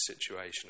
situation